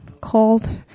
called